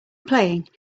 playing